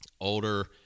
older